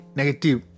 negative